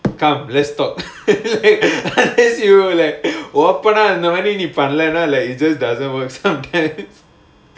come let's talk like பண்ணலேன்னா:pannalaenaa like it just doesn't work sometimes